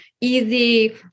easy